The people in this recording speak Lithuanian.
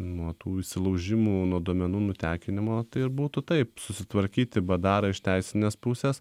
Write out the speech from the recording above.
nuo tų įsilaužimų nuo duomenų nutekinimo tai ir būtų taip susitvarkyti badarą iš teisinės pusės